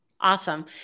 Awesome